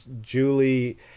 julie